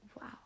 Wow